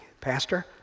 Pastor